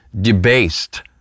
debased